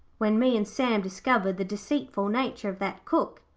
when me and sam discovered the deceitful nature of that cook.